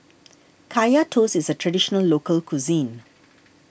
Kaya Toast is a Traditional Local Cuisine